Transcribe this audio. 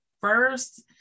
first